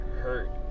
hurt